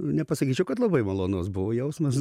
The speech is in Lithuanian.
nepasakyčiau kad labai malonus buvo jausmas